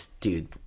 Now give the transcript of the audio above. dude